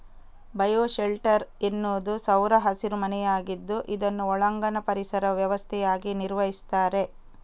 bio shelter ಎನ್ನುವುದು ಸೌರ ಹಸಿರು ಮನೆಯಾಗಿದ್ದು ಇದನ್ನು ಒಳಾಂಗಣ ಪರಿಸರ ವ್ಯವಸ್ಥೆಯಾಗಿ ನಿರ್ವಹಿಸ್ತಾರೆ